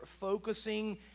focusing